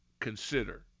consider